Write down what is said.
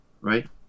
right